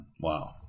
Wow